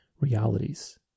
realities